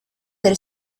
del